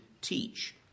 teach